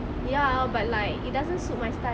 ya but like it doesn't suit my style